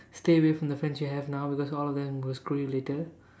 stay away from the friends you have now because all of them will screw you later